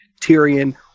Tyrion